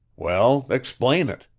well, explain it!